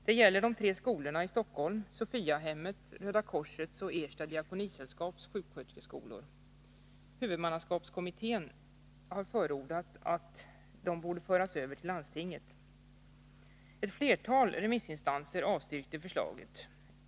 Det gäller de tre skolorna i Stockholm — Sophiahemmets, Röda korsets och Ersta diakonisällskaps sjuksköterskeskolor. Huvudmannaskapskommittén har förordat att dessa sjuksköterskeskolor borde föras över till landstinget. Ett flertal remissinstanser avstyrkte förslaget.